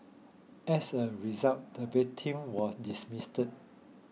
as a result the victim was dismissed